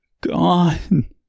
gone